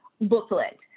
booklet